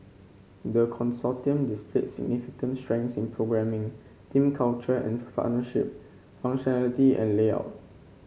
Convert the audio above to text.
the Consortium displayed significant strengths in programming team culture and functionality and layout